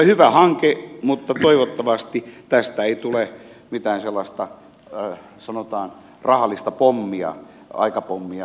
hyvä hanke mutta toivottavasti tästä ei tule mitään sellaista sanotaan rahallista pommia aikapommia maaseudun ihmisille